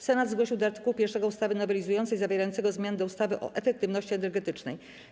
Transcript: Senat zgłosił do art. 1 ustawy nowelizującej zawierającego zmiany do ustawy o efektywności energetycznej.